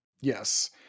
yes